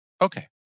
Okay